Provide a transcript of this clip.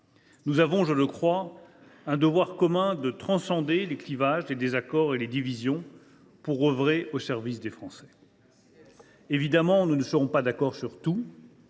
Nous avons, je le crois, le devoir commun de transcender les clivages, les désaccords et les divisions pour œuvrer au service des Français. « Évidemment, nous ne serons pas d’accord sur tout.